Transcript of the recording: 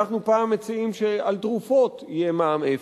אנחנו פעם מציעים שעל תרופות יהיה מע"מ אפס,